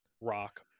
Rock